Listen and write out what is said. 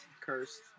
Cursed